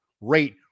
rate